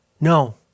No